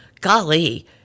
golly –